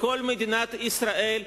לכל מדינת ישראל,